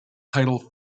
title